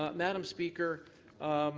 ah madam speaker,